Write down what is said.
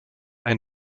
ein